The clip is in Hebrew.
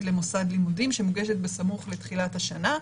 למוסד לימודים שמוגשת בסמוך לתחילת השנה.